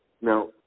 Now